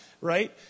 right